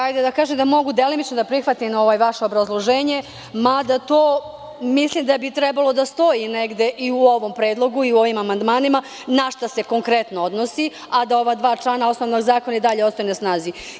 Hajde da kažem da mogu delimično da prihvatim ovo vaše obrazloženje, mada to mislim da bi trebalo da stoji negde i u ovom predlogu i u ovim amandmanima na šta se konkretno odnosi, a da ova dva člana osnovnog zakona i dalje ostaju na snazi.